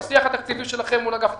בשיח התקציבי שלכם מול אגף התקציבים,